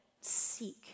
seek